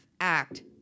act